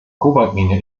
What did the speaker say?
kobaltmine